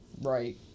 right